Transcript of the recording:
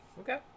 okay